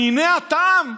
אניני הטעם?